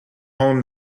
home